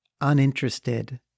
uninterested